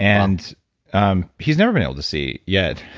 and um he's never been able to see yet.